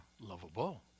lovable